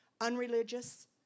unreligious